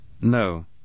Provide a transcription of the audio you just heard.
No